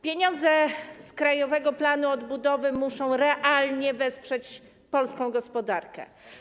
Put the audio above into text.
Pieniądze z krajowego planu odbudowy muszą realnie wesprzeć polską gospodarkę.